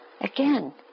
again